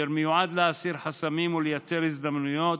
אשר מיועד להסיר חסמים ולייצר הזדמנויות,